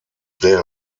der